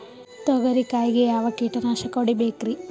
ತೊಗರಿ ಕಾಯಿಗೆ ಯಾವ ಕೀಟನಾಶಕ ಹೊಡಿಬೇಕರಿ?